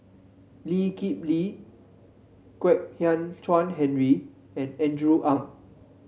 Lee Kip Lee Kwek Hian Chuan Henry and Andrew Ang